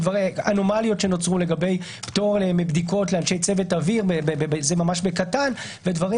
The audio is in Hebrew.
אנומליות שנוצרו לגבי פטור מבדיקות לאנשי צוות אוויר ממש בקטן ודברים